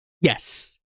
yes